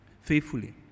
faithfully